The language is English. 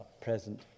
present